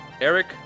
Eric